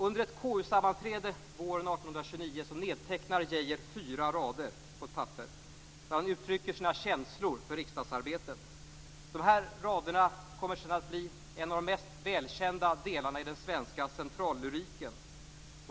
Under ett KU-sammanträde våren 1829 nedtecknar Geijer fyra rader på ett papper, där han uttrycker sina känslor för riksdagsarbetet. Dessa rader kommer sedan att bli en av de mest välkända delarna i den svenska centrallyriken.